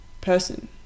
person